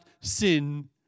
sin